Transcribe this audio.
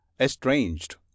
estranged